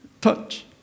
touch